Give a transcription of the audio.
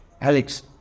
Alex